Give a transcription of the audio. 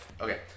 Okay